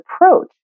approach